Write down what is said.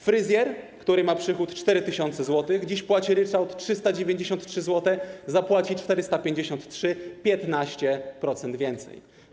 Fryzjer, który ma przychód 4 tys. zł, dziś płaci ryczałt 393 zł, a zapłaci 453 zł, czyli 15% więcej.